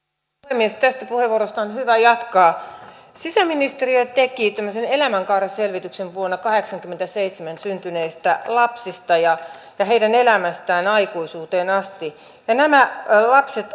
puhemies tästä puheenvuorosta on hyvä jatkaa sisäministeriö teki elämänkaariselvityksen vuonna kahdeksankymmentäseitsemän syntyneistä lapsista ja ja heidän elämästään aikuisuuteen asti nämä lapset